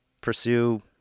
pursue